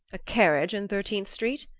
a carriage in thirteenth street?